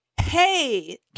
Hey